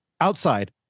outside